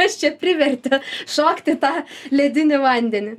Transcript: kas čia privertė šokt į tą ledinį vandenį